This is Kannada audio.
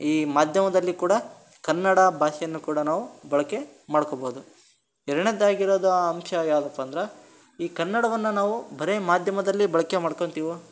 ಈ ಮಾಧ್ಯಮದಲ್ಲಿ ಕೂಡ ಕನ್ನಡ ಭಾಷೆಯನ್ನು ಕೂಡ ನಾವು ಬಳಕೆ ಮಾಡ್ಕೊಬೋದು ಎರಡನೇದ್ದಾಗ್ ಇರೋದು ಆ ಅಂಶ ಯಾವುದಪ್ಪ ಅಂದ್ರೆ ಈ ಕನ್ನಡವನ್ನು ನಾವು ಬರೀ ಮಾಧ್ಯಮದಲ್ಲಿ ಬಲಕೆ ಮಾಡ್ಕೊತೀವೋ